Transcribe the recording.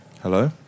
Hello